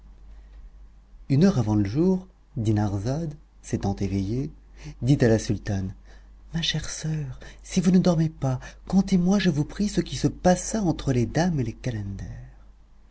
une heure avant le jour dinarzade s'étant éveillée dit à la sultane ma chère soeur si vous ne dormez pas contez-moi je vous prie ce qui se passa entre les dames et les calenders